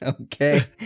Okay